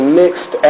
mixed